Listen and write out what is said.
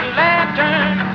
lantern